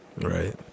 Right